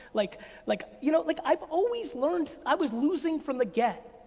like like you know like i've always learned i was losing from the get.